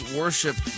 worship